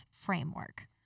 framework